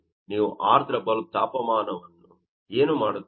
ನಾವು ಆರ್ದ್ರ ಬಲ್ಬ್ ತಾಪಮಾನವನ್ನು ಏನು ಮಾಡುತ್ತೇವೆ